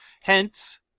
Hence